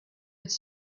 with